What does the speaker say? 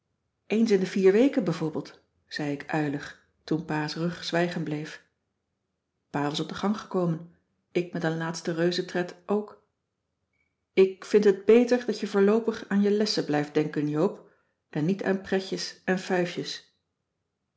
eens in de vier weken bijvoorbeeld zei ik uilig toen pa's rug zwijgen bleef pa was op de gang gekomen ik met een laatste reuzetred ook ik vind het beter dat je voorloopig aan je lessen blijft denken joop en niet aan pretjes en fuifjes